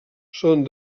són